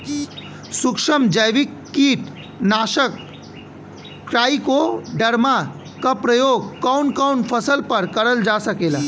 सुक्ष्म जैविक कीट नाशक ट्राइकोडर्मा क प्रयोग कवन कवन फसल पर करल जा सकेला?